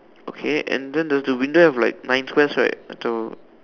okay and then does the window have like nine squares right on to